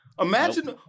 Imagine